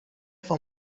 for